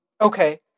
Okay